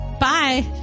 bye